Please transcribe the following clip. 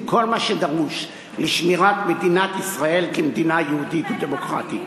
כל מה שדרוש לשמירת מדינת ישראל כמדינה יהודית ודמוקרטית.